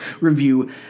review